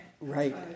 Right